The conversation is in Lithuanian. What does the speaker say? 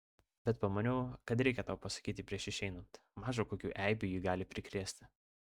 bet pamaniau kad reikia tau pasakyti prieš išeinant maža kokių eibių ji gali prikrėsti